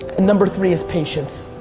number three is patience.